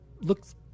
looks